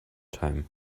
time